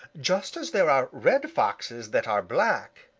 just as there are red foxes that are black,